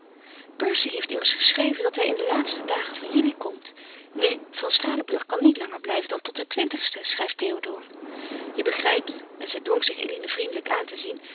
percy heeft immers geschreven dat hij in de laatste dagen van juli komt nu van stralenburg kan niet langer blijven dan tot den sten schrijf théodore je begrijpt en zij dwong zich eline vriendelijk aan te zien je